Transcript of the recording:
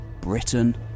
Britain